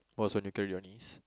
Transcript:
was when you carry your niece